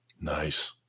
Nice